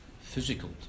physical